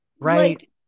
Right